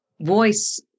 voice